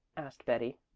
asked betty.